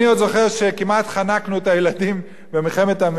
במלחמת המפרץ הראשונה בחדרים אטומים,